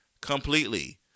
completely